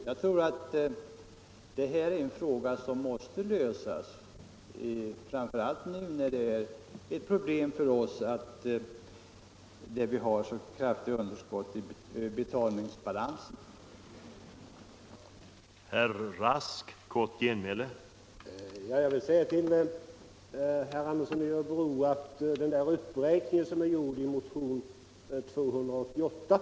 Jag tror att det här är en fråga som måste lösas, framför allt nu när det kraftiga underskottet i betalningsbalansen är ett problem för oss.